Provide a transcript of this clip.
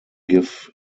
give